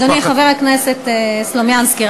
אדוני חבר הכנסת סלומינסקי,